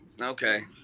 Okay